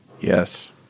Yes